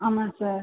ஆமாம் சார்